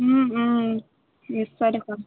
নিশ্চয় দেখুৱাম